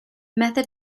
method